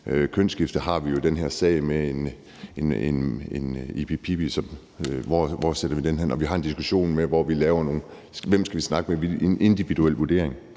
kønsskifte har vi jo i den her sag med Ibi-Pippi. Hvor sætter vi den hen? Og vi har en diskussion om, hvem vi skal snakke med, altså en individuel vurdering.